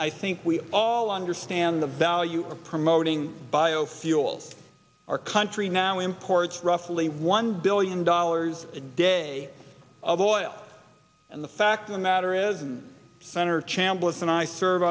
i think we all understand the value of promoting biofuels our country now imports roughly one billion dollars a day of oil and the fact of the matter is senator chambliss and i serve